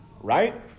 Right